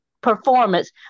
performance